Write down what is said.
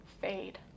fade